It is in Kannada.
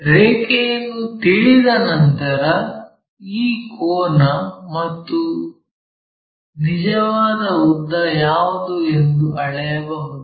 ರೇಖೆಯನ್ನು ತಿಳಿದ ನಂತರ ಈ ಕೋನ ಮತ್ತು ನಿಜವಾದ ಉದ್ದ ಯಾವುದು ಎಂದು ಅಳೆಯಬಹುದು